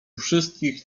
wszystkich